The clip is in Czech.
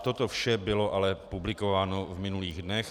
Toto vše bylo ale publikováno v minulých dnech.